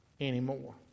anymore